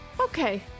Okay